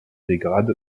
dégrade